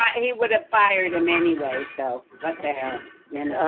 i mean would have fired him anyway. so what the hell yeah.